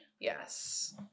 Yes